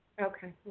Okay